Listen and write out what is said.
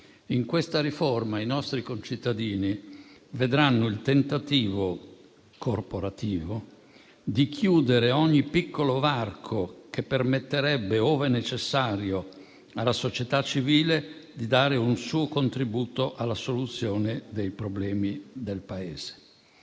In questa riforma i nostri concittadini vedranno il tentativo corporativo di chiudere ogni piccolo varco che permetterebbe, ove necessario, alla società civile di dare un suo contributo alla soluzione dei problemi del Paese.